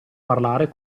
parlare